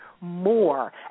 more